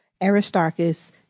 Aristarchus